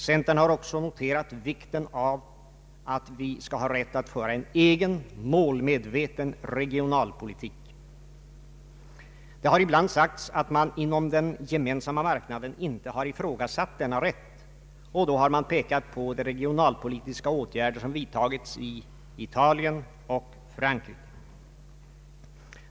Centern har också noterat vikten av att vi skall ha rätt att föra en egen målmedveten regionalpolitik. Det har ibland sagts att man inom den gemensamma marknaden inte har ifrågasatt denna rätt, och då har man pekat på de regionalpolitiska åtgärder som vidtagits i Italien och Frankrike.